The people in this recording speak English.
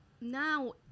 now